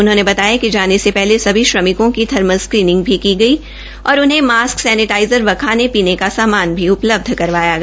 उन्होंने बताया कि जाने से पहले सभी श्रमिकों की थर्मल स्क्रीनिंग भी की गई और उन्हे मास्क सैनेटाज़र व खाने पीने का सामान भी उपलब्ध करवाया गया